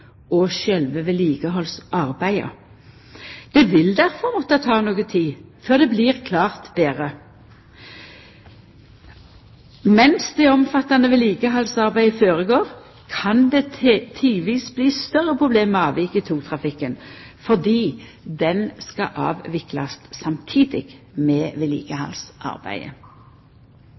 og sjølve vedlikehaldsarbeidet. Det vil difor måtta ta noko tid før det blir klart betre. Mens det omfattande vedlikehaldsarbeidet føregår, kan det tidvis bli større problem med avvik i togtrafikken, fordi han skal avviklast samtidig med vedlikehaldsarbeidet.